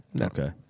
Okay